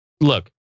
look